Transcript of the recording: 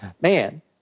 man